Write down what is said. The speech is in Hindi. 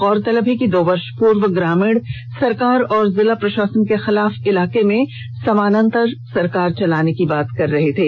गौरतलब है कि दो वर्ष पूर्व ग्रामीण सरकार और जिला प्रशासन के खिलाफ इलाके में समानांतर सरकार चलाने की बात कर रहे थे